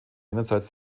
einerseits